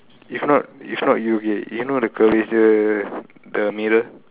if not if not you okay you know the curvature the mirror